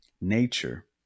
nature